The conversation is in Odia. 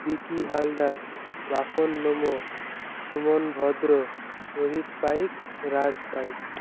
ବିକି ହାଲଦାର ବାପୁନ ନୋମୋ ସୁମନ ଭଦ୍ରୋ ରୋହିିତ ପାଇକ ରାଜ୍ ପାଇକ